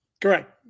Correct